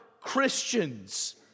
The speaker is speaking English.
Christians